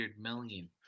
million